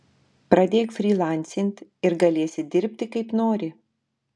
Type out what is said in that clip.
pradėk frylancint ir galėsi dirbti kaip nori